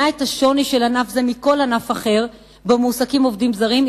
את השוני של ענף זה מכל ענף אחר שבו מועסקים עובדים זרים,